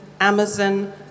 Amazon